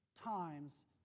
times